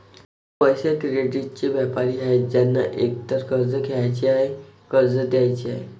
पैसे, क्रेडिटचे व्यापारी आहेत ज्यांना एकतर कर्ज घ्यायचे आहे, कर्ज द्यायचे आहे